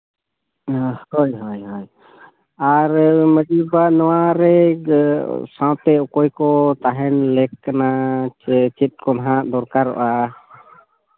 ᱚᱸᱻ ᱦᱳᱭ ᱦᱳᱭ ᱦᱳᱭ ᱟᱨ ᱢᱟᱹᱡᱷᱤ ᱵᱟᱵᱟ ᱱᱚᱣᱟᱨᱮ ᱥᱟᱶᱛᱮ ᱚᱠᱚᱭ ᱠᱚ ᱛᱟᱦᱮᱱ ᱞᱮᱠ ᱠᱟᱱᱟ ᱥᱮ ᱪᱮᱫ ᱠᱚ ᱦᱟᱸᱜ ᱫᱚᱨᱠᱟᱨᱚᱜᱼᱟ